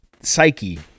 psyche